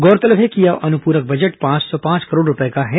गौरतलब है कि यह अनुपूरक बजट पांच सौ पांच करोड़ रूपये का है